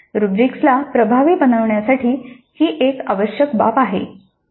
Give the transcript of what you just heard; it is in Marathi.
रुब्रिक्सला प्रभावी बनविण्यासाठी ही एक आवश्यक बाब आहे